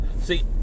see